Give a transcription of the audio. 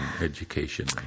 Education